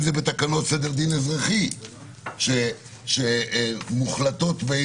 אם זה בתקנות סדר דין אזרחי שמוחלטות בהן